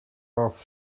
off